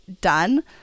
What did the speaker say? done